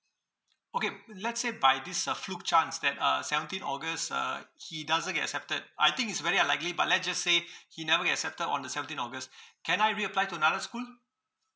okay but let's say by this uh flop chance that uh seventeen august uh he doesn't get accepted I think it's very unlikely but let just say he never get accepted on the seventeen august can I reapply to another school